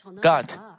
God